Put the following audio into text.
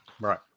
right